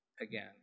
again